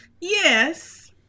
Yes